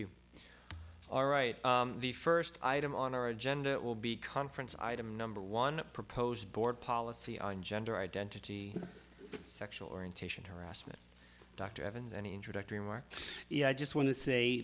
you all right the first item on our agenda will be conference item number one a proposed board policy on gender identity sexual orientation harassment dr evans any introductory remarks i just want to say